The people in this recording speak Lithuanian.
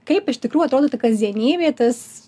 kaip iš tikrųjų atrodo ta kasdienybė tas